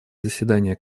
заседания